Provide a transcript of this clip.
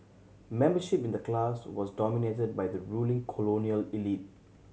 membership in the clubs was dominated by the ruling colonial elite